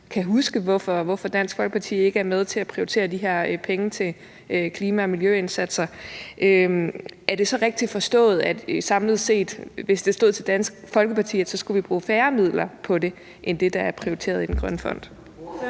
ikke huske, hvorfor kan Dansk Folkeparti ikke er med til at prioritere de her penge til klima- og miljøindsatser, er det så rigtigt forstået, at samlet set, hvis det stod til Dansk Folkeparti, skulle vi bruge færre midler på det end det, der er prioriteret i den grønne fond?